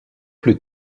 plus